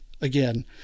again